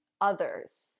others